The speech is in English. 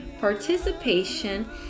participation